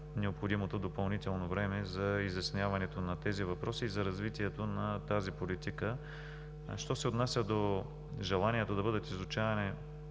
необходимото, допълнително време за изясняването на тези въпроси и за развитието на тази политика. Що се отнася до желанието да бъдат изучавани